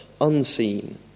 unseen